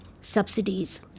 subsidies